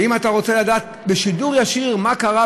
אם אתה רוצה לשמוע בשידור ישיר מה קרה